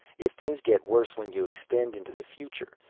if things get worse when you extend into the future,